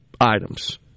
items